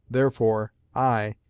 therefore, i,